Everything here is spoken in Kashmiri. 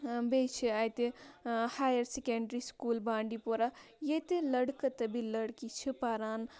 بیٚیہِ چھِ اَتہِ higher secondary school Bandipora ییٚتہِ لٔڑکہٕ تہٕ بیٚیٕہِ لٔڑکی چھِ پَران